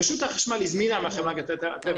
רשות החשמל הזמינה מהחברה להגנת הטבע